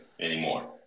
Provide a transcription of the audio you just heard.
anymore